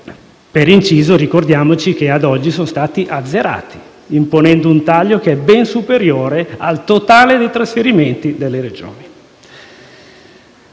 avanti. Ricordiamoci, però, che ad oggi sono stati azzerati imponendo un taglio ben superiore al totale dei trasferimenti delle Regioni.